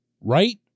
right